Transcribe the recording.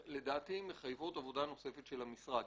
שמחייבים עבודה נוספת של המשרד.